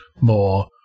more